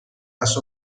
las